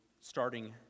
starting